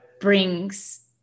brings